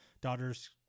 daughter's